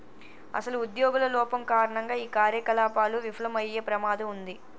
అసలు ఉద్యోగుల లోపం కారణంగా ఈ కార్యకలాపాలు విఫలమయ్యే ప్రమాదం ఉంది